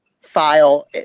file